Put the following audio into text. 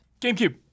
GameCube